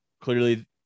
clearly